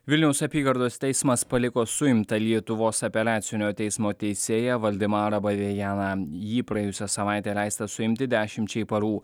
vilniaus apygardos teismas paliko suimtą lietuvos apeliacinio teismo teisėją valdemarą bavejaną jį praėjusią savaitę leista suimti dešimčiai parų